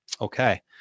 Okay